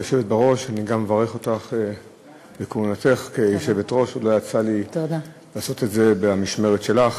לי לעשות את זה במשמרת שלך.